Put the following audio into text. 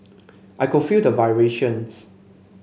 I could feel the vibrations